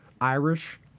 Irish